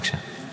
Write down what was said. בבקשה.